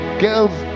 girls